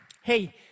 Hey